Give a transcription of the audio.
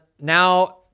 now